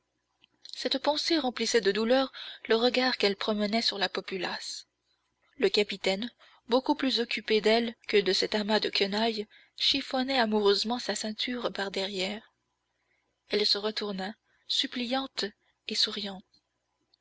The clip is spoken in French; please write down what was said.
cette pensée remplissait de douleur le regard qu'elle promenait sur la populace le capitaine beaucoup plus occupé d'elle que de cet amas de quenaille chiffonnait amoureusement sa ceinture par derrière elle se retourna suppliante et souriant